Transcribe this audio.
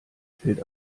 fällt